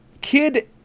Kid